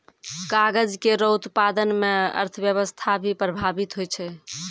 कागज केरो उत्पादन म अर्थव्यवस्था भी प्रभावित होय छै